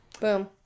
Boom